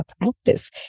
practice